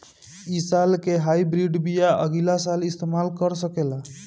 इ साल के हाइब्रिड बीया अगिला साल इस्तेमाल कर सकेला?